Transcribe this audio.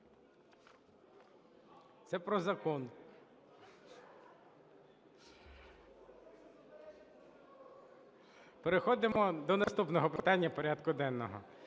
Це про закон. Переходимо до наступного питання порядку денного.